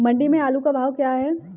मंडी में आलू का भाव क्या है?